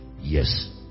Yes